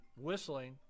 whistling